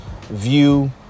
view